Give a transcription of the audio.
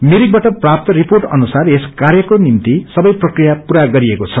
मिरिकबाट प्राप्त रिपोट अनुसार यस कार्यको निम्ति सबै प्रक्रिया पूरा गरिएको छ